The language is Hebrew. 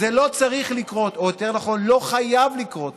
זה לא צריך לקרות, או יותר נכון, לא חייב לקרות,